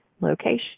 location